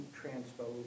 transpose